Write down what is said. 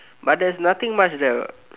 but nothing much there